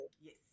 Yes